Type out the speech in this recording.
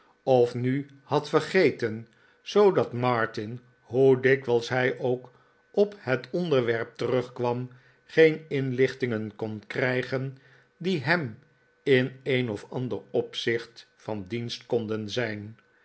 of nu had vergeten zoodat martin hoe dikwijls hij ook op het onderwerp terugkwam geen inlichtingen kon krijgen die hem in een of ander opzicht van dienst konden zijn